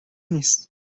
نیست